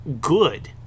good